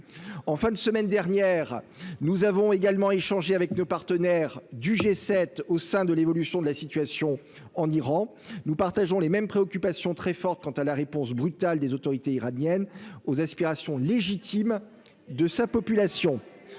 en fin de semaine dernière, nous avons également échanger avec nos partenaires du G7 au sein de l'évolution de la situation en Iran, nous partageons les mêmes préoccupations très fortes quant à la réponse brutale des autorités iraniennes aux aspirations légitimes de sa population,